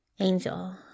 Angel